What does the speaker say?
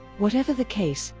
whatever the case,